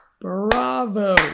Bravo